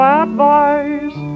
advice